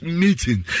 meeting